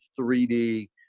3D